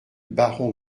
baron